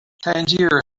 tangier